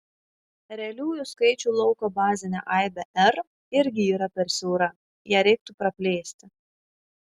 realiųjų skaičių lauko bazinė aibė r irgi yra per siaura ją reiktų praplėsti